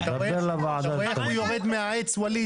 אתה רואה איך הוא יורד מהעץ, וואליד?